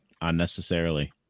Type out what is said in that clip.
unnecessarily